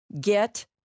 Get